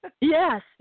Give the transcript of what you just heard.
Yes